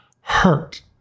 hurt